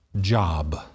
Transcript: Job